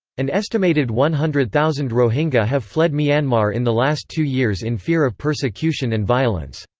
an estimated one hundred thousand rohingya have fled myanmar in the last two years in fear of persecution and violence.